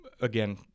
again